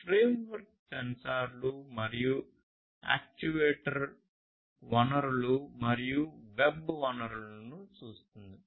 ఈ ఫ్రేమ్వర్క్ సెన్సార్లు మరియు యాక్యుయేటర్ వనరులు మరియు వెబ్ వనరులను చూస్తుంది